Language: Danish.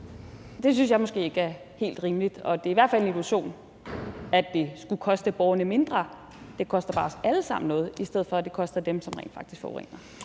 Det synes jeg måske ikke er helt rimeligt, og det er i hvert fald en illusion, at det skulle koste borgerne mindre, for det koster bare os alle sammen noget, i stedet for at det koster dem, som rent faktisk forurener.